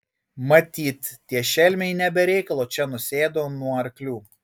matyt tie šelmiai ne be reikalo čia nusėdo nuo arklių